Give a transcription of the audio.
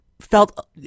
felt